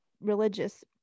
religious